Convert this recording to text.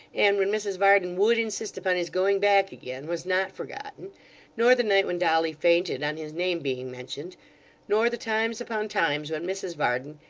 and when mrs varden would insist upon his going back again, was not forgotten nor the night when dolly fainted on his name being mentioned nor the times upon times when mrs varden,